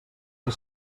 que